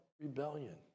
rebellion